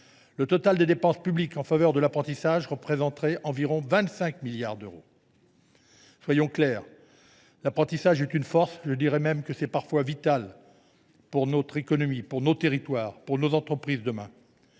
le total des dépenses publiques en faveur de l’apprentissage représenterait environ 25 milliards d’euros. Soyons clairs : l’apprentissage est une force, il est même parfois vital pour notre économie, pour nos territoires et pour nos entreprises.